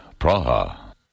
Praha